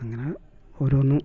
അങ്ങനെ ഓരോന്നും